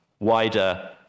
wider